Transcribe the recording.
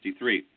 1963